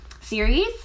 series